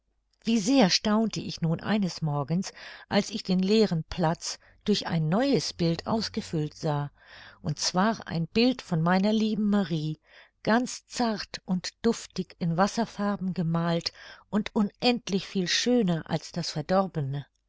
wie sehr staunte ich nun eines morgens als ich den leeren platz durch ein neues bild ausgefüllt sah und zwar ein bild von meiner lieben marie ganz zart und duftig in wasserfarben gemalt und unendlich viel schöner als das verdorbene